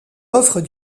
offre